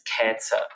cancer